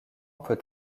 peut